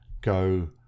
go